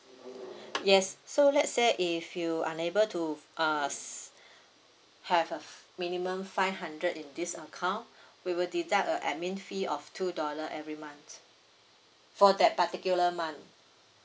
yes so let's say if you unable to uh s~ have a f~ minimum five hundred in this account we will deduct a admin fee of two dollar every month for that particular month